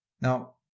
Now